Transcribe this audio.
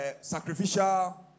sacrificial